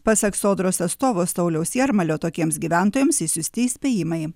pasak sodros atstovo sauliaus jarmalio tokiems gyventojams išsiųsti įspėjimai